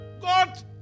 God